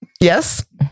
yes